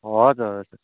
हजुर